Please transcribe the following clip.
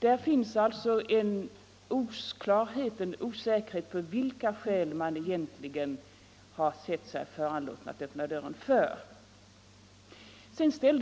Det finns alltså en osäkerhet om vilka skäl man egentligen har sett sig föranlåten att öppna dörren för.